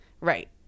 Right